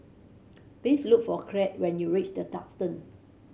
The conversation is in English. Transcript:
please look for Kraig when you reach The Duxton